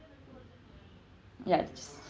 yes